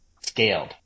scaled